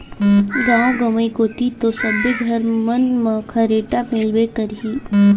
गाँव गंवई कोती तो सबे घर मन म खरेटा मिलबे करही